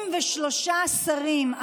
33 שרים.